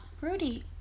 rudy